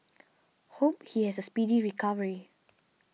hope he has a speedy recovery